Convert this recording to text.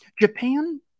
Japan